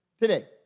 today